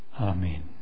Amen